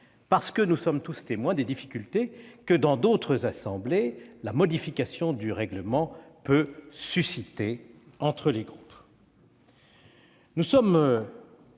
car nous sommes tous témoins des difficultés que, dans d'autres assemblées, la modification du règlement peut susciter entre les différents groupes. Nous sommes,